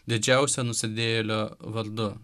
didžiausio nusidėjėlio vardu